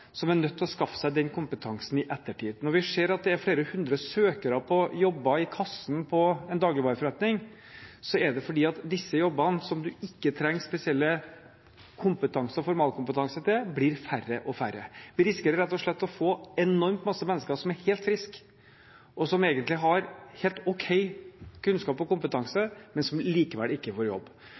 som er nødt til å skaffe seg den kompetansen i ettertid. Når vi ser at det er flere hundre søkere på jobber i kassen i en dagligvareforretning, er det fordi disse jobbene, som man ikke trenger spesiell formalkompetanse til, blir færre og færre. Vi risikerer rett og slett å få enormt mange mennesker som er helt friske, og som egentlig har helt ok kunnskap og kompetanse, men som likevel ikke får jobb.